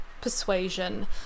Persuasion